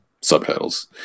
subtitles